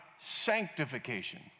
sanctification